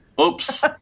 oops